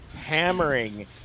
hammering